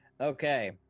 Okay